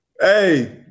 Hey